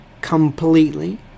completely